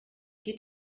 geht